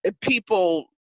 people